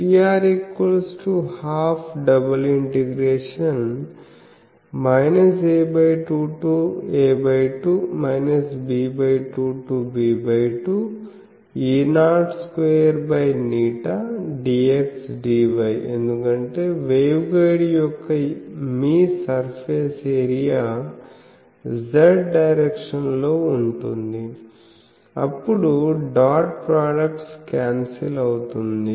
Pr ½ ∬ a2 to a2 b2 to b2IE0I2ղ dxdy ఎందుకంటే waveguide యొక్క మీ సర్ఫేస్ ఏరియా z డైరెక్షన్ లో ఉంటుంది అప్పుడు డాట్ ప్రోడక్ట్ క్యాన్సిల్ అవుతుంది